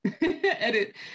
edit